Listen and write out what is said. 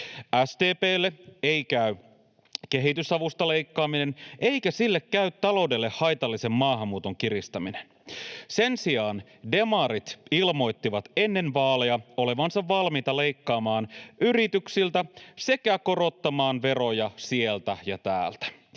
SDP:lle ei käy kehitysavusta leikkaaminen, eikä sille käy taloudelle haitallisen maahanmuuton kiristäminen. Sen sijaan demarit ilmoittivat ennen vaaleja olevansa valmiita leikkaamaan yrityksiltä sekä korottamaan veroja sieltä ja täältä